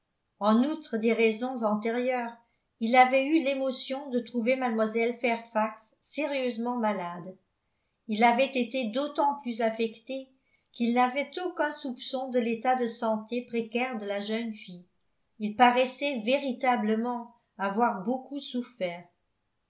en outre des raisons antérieures il avait eu l'émotion de trouver mlle fairfax sérieusement malade il avait été d'autant plus affecté qu'il n'avait aucun soupçon de l'état de santé précaire de la jeune fille il paraissait véritablement avoir beaucoup souffert